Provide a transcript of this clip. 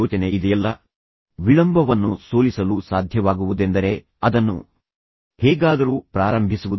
ಆದ್ದರಿಂದ ನೀವು ಅದನ್ನು ಹೇಗಾದರೂ ಪ್ರಾರಂಭಿಸಿ ನಂತರ ನೀವು ಮುಗಿಸುತ್ತೀರಿ ಆ ಒಂದು ಯೋಚನೆ ಇದೆಯಲ್ಲ ವಿಳಂಬವನ್ನು ಸೋಲಿಸಲು ಸಾಧ್ಯವಾಗುವುದೆಂದರೆ ಅದನ್ನು ಹೇಗಾದರೂ ಪ್ರಾರಂಭಿಸುವುದು